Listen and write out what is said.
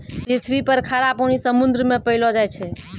पृथ्वी पर खारा पानी समुन्द्र मे पैलो जाय छै